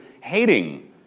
hating